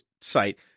site